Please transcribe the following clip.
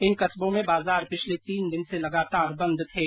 इन कस्बों में बाजार पिछले तीन दिन से लगातार बंद थे